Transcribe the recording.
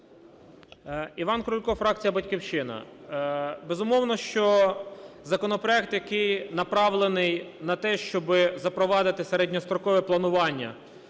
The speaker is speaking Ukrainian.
Іван Крулько, фракція "Батьківщина". Безумовно, що законопроект, який направлений на те, щоб запровадити середньострокове планування